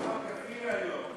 בלי כאפיה היום, מה קרה?